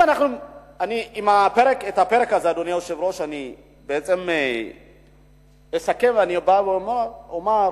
את הפרק הזה, אדוני היושב-ראש, אני אסכם ואומר: